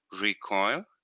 Recoil